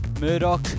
Murdoch